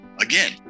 Again